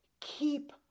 keep